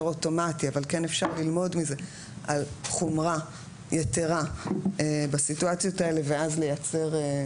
אוטומטי אבל כן אפשר ללמוד מזה על חומרה יתרה בסיטואציות האלה ואז לייצר.